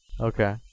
Okay